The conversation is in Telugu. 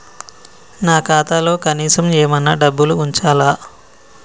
నా ఖాతాలో కనీసం ఏమన్నా డబ్బులు ఉంచాలా?